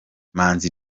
manzi